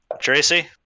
Tracy